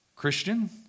Christian